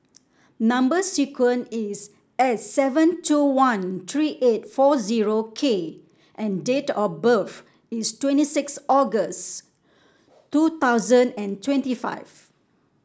number sequence is S seven two one three eight four zero K and date of birth is twenty six August two thousand and twenty five